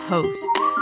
Hosts